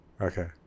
Okay